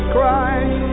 Christ